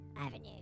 Avenue